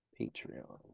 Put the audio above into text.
patreon